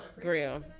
grill